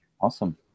Awesome